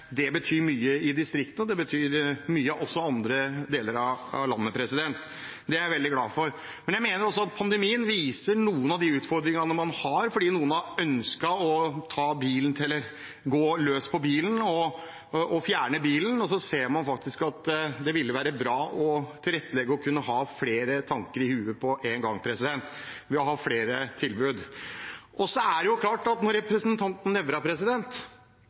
betyr mye i distriktet, og det betyr mye også i andre deler av landet. Det er jeg veldig glad for. Jeg mener også at pandemien viser noen av de utfordringene man har, fordi noen har ønsket å gå løs på bilen, fjerne bilen. Så ser man faktisk at det ville være bra å tilrettelegge og kunne ha flere tanker i hodet på én gang ved å ha flere tilbud. Det er klart at når representanten Nævra